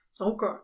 Okay